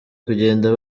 kugenda